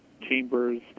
chambers